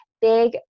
big